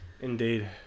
Indeed